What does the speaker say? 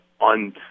on